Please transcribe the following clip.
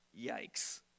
yikes